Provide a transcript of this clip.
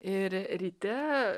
ir ryte